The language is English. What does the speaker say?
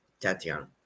Tatiana